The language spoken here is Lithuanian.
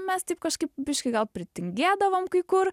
mes taip kažkaip biškį gal pritingėdavo kai kur